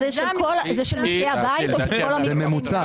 זה של משקי הבית או של כל המגזרים?